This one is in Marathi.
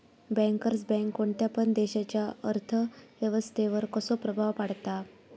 बँकर्स बँक कोणत्या पण देशाच्या अर्थ व्यवस्थेवर कसो प्रभाव पाडता?